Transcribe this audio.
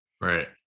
Right